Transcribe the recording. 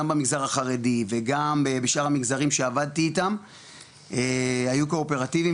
גם במגזר החרדי וגם בשאר המגזרים שעבדתי איתם היו קואופרטיביים